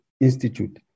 institute